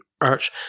arch